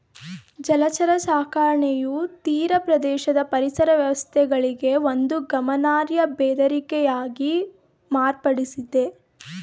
ಜಲಚರ ಸಾಕಣೆಯು ತೀರಪ್ರದೇಶದ ಪರಿಸರ ವ್ಯವಸ್ಥೆಗಳಿಗೆ ಒಂದು ಗಮನಾರ್ಹ ಬೆದರಿಕೆಯಾಗಿ ಮಾರ್ಪಡ್ತಿದೆ